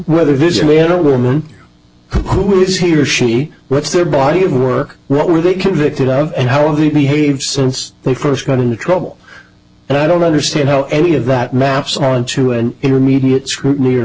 whether vision man or woman who is he or she what's their body of work what were they convicted of and how all of the behave since they first got into trouble and i don't understand how any of that maps onto an intermediate scrutiny or